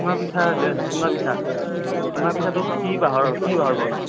চুঙা পিঠা যে চুঙা পিঠা চুঙা পিঠাটো কি বাঁহৰ কি বাঁহৰ বনায়